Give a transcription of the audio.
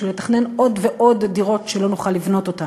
בשביל לתכנן עוד ועוד דירות שלא נוכל לבנות אותן.